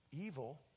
evil